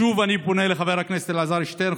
שוב אני פונה לחבר הכנסת אלעזר שטרן,